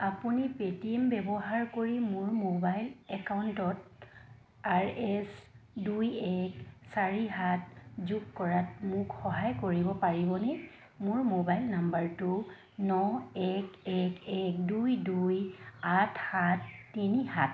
আপুনি পে'টিএম ব্যৱহাৰ কৰি মোৰ মোবাইল একাউণ্টত আৰ এছ দুই এক চাৰি সাত যোগ কৰাত মোক সহায় কৰিব পাৰিবনে মোৰ মোবাইল নম্বৰটো ন এক এক এক দুই দুই আঠ সাত তিনি সাত